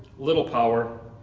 little power,